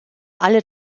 alle